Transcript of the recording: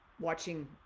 watching